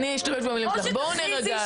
אני אשתמש במילים שלך, בואו נירגע.